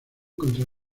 contra